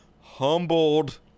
humbled